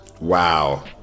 Wow